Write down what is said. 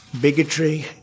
bigotry